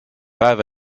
päev